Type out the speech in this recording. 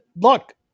look